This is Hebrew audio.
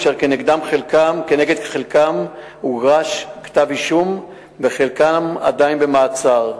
כנגד חלקם הוגש כתב-אישום וחלקם עדיין במעצר.